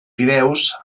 fideus